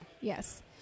Yes